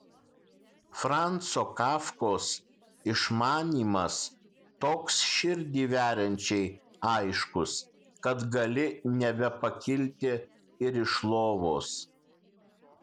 franco kafkos išmanymas toks širdį veriančiai aiškus kad gali nebepakilti ir iš lovos